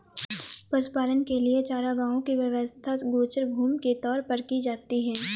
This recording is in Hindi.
पशुपालन के लिए चारागाहों की व्यवस्था गोचर भूमि के तौर पर की जाती है